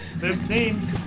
fifteen